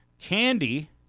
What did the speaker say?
candy